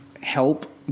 help